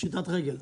פשיטת רגל.